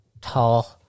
tall